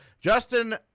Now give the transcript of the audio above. Justin